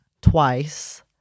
twice